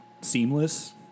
seamless